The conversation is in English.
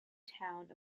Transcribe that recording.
town